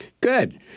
Good